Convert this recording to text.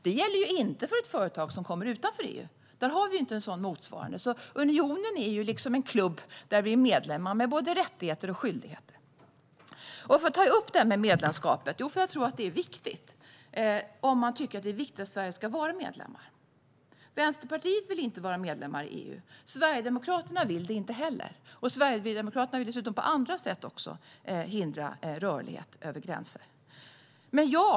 Det gäller inte för ett företag som kommer från ett land utanför EU. Där har vi inget motsvarande. Unionen är alltså som en klubb där vi är medlemmar och har både rättigheter och skyldigheter. Varför tar jag upp detta med medlemskapet? Jo, jag tror att det är viktigt om man tycker att det är viktigt att Sverige ska vara medlem. Vänsterpartiet vill inte vara medlem i EU, och Sverigedemokraterna vill det inte heller. Sverigedemokraterna vill dessutom hindra rörlighet över gränser även på andra sätt.